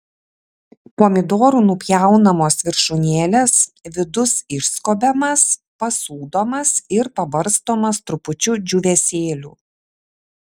pomidorų nupjaunamos viršūnėlės vidus išskobiamas pasūdomas ir pabarstomas trupučiu džiūvėsėlių